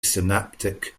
synaptic